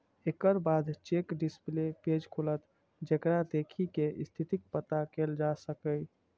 एकर बाद check display page खुलत, जेकरा देखि कें स्थितिक पता कैल जा सकैए